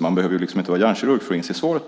Man behöver inte vara hjärnkirurg för att inse svaret.